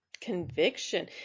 Conviction